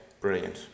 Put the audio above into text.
Brilliant